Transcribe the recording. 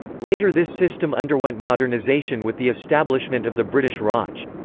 later this system underwent modernization with the establishment of the british raj.